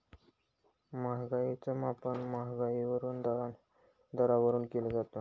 महागाईच मापन महागाई दरावरून केलं जातं